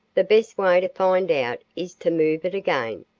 the best way to find out is to move it again,